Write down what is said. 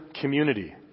community